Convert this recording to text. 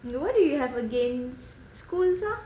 you know what do you have against schools ah